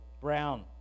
Brown